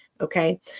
Okay